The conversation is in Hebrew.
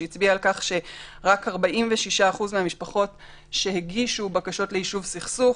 שהצביע על כך שרק 46% מהמשפחות שהגישו בקשות ליישוב סכסוך,